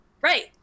right